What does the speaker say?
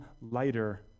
lighter